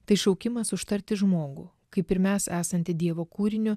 tai šaukimas užtarti žmogų kaip ir mes esantį dievo kūriniu